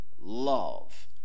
love